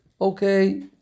okay